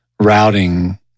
Routing